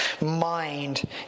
mind